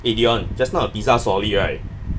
eh dion just now the pizza solid right